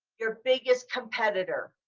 your biggest competitor.